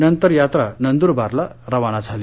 नंतर यात्रा नंदुरबारला रवाना झाली